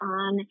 on